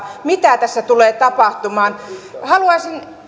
mitä tässä tulee tapahtumaan haluaisin